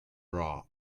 bra